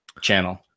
channel